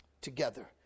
together